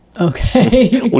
Okay